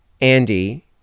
Andy